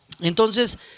Entonces